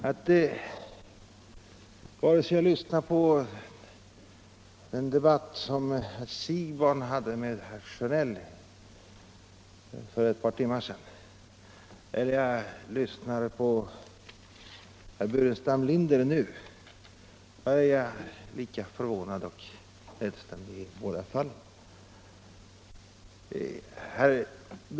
Jag lyssnade på den debatt som herr Siegbahn förde med herr Sjönell för ett par timmar sedan, och jag lyssnade på herr Burenstam Linder nu, och jag är lika förvånad i båda fallen.